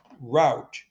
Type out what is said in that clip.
route